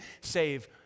save